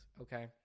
okay